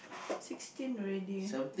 sixteen already eh